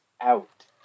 out